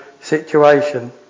situation